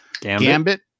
gambit